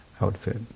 outfit